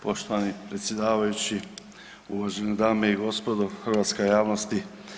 Poštovani predsjedavajući, uvažene dame i gospodo, hrvatska javnosti.